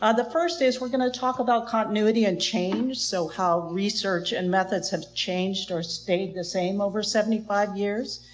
ah the first is, we're going to talk about continuity and change. so how research and methods have changed or stayed the same over seventy five years.